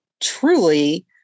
truly